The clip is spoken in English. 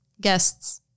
guests